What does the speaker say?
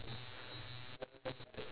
then the bird how the bird is